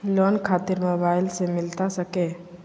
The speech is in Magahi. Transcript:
लोन खातिर मोबाइल से मिलता सके?